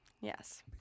Yes